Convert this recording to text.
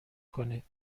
کنید